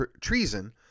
treason